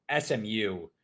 SMU